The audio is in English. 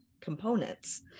components